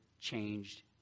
changed